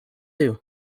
two